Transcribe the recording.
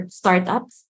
startups